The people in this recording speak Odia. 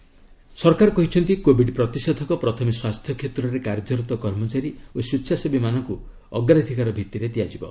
କୋବିଡ୍ ଭ୍ୟାକୁନ୍ ସରକାର କହିଛନ୍ତି କୋବିଡ୍ ପ୍ରତିଷେଧକ ପ୍ରଥମେ ସ୍ୱାସ୍ଥ୍ୟକ୍ଷେତ୍ରରେ କାର୍ଯ୍ୟରତ କର୍ମଚାରୀ ଓ ସ୍ୱେଚ୍ଛାସେବୀମାନଙ୍କୁ ଅଗ୍ରାଧିକାର ଭିତ୍ତିରେ ଦିଆଯିବ